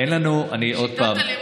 אני מדברת על שיטת הלימוד.